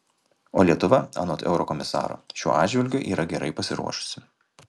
o lietuva anot eurokomisaro šiuo atžvilgiu yra gerai pasiruošusi